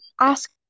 ask